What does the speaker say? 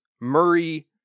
Murray